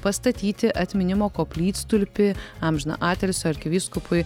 pastatyti atminimo koplytstulpį amžiną atilsį arkivyskupui